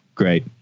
Great